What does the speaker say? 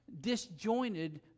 disjointed